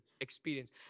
experience